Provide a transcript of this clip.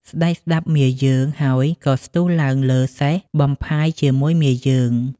ស្តេចស្តាប់មាយើងហើយក៏ស្ទុះឡើងលើសេះបំផាយជាមួយមាយើង។